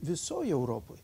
visoj europoj